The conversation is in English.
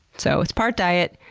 so, it's part diet,